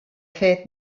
fet